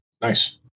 nice